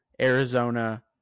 arizona